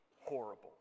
horrible